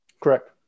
Correct